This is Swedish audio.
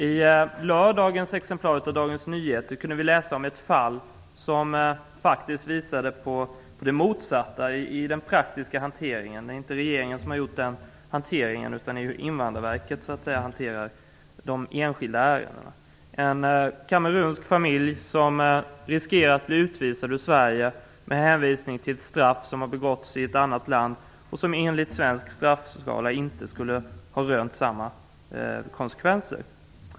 I lördagens Dagens Nyheter kunde vi läsa om ett fall som visade det motsatta i den praktiska hanteringen. Det är ju inte regeringen, utan Invandrarverket som står för hanteringen av de enskilda ärendena. Det handlar om en kamerunsk familj som riskerar att bli utvisad ur Sverige med hänvisning till straff för ett brott som begåtts i ett annat land, men som enligt svensk straffskala inte skulle ha rönt samma konsekvenser.